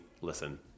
listen